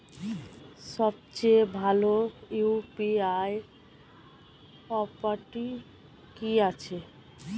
সবচেয়ে ভালো ইউ.পি.আই অ্যাপটি কি আছে?